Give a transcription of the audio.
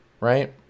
right